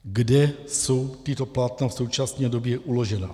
Kde jsou tato plátna v současné době uložena?